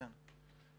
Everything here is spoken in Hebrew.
דיון ראשון בנושא הזה.